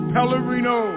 Pellerino